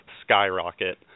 skyrocket